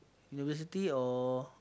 university or